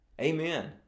Amen